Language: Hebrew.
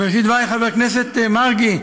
בראשית דבריי, חבר הכנסת מרגי,